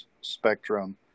spectrum